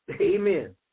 Amen